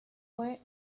fue